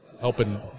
helping